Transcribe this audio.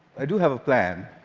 i do have a plan,